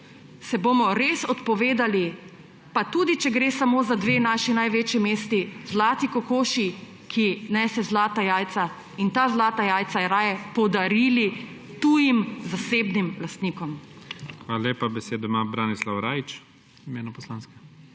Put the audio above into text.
Se bomo res odpovedali, pa tudi če gre samo za dve naši največji mesti, zlati kokoši, ki nese zlata jajca, in ta zlata jajca raje podarili tujim zasebnim lastnikom? PREDSEDNIK IGOR ZORČIČ: Hvala lepa. Besedo ima Branislav Rajić v imenu poslanske